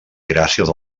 gràcies